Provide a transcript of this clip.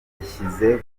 yashyize